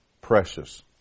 precious